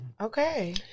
Okay